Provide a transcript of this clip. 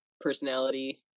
personality